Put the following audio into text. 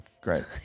Great